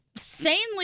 insanely